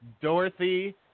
Dorothy